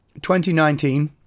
2019